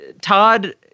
Todd